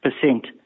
percent